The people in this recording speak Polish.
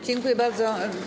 Dziękuję bardzo.